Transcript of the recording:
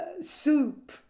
soup